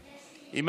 אבי, למה?